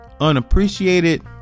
unappreciated